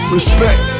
Respect